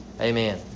Amen